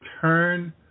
turn